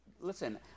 listen